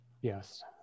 Yes